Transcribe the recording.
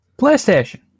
PlayStation